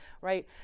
right